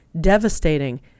devastating